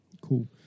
Cool